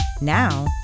Now